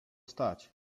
stać